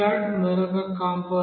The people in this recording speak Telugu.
మరొక కంపోనెంట్